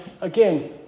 again